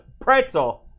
pretzel